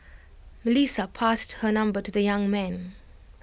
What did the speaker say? Melissa passed her number to the young man